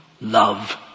love